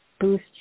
boost